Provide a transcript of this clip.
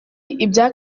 ibya